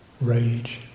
rage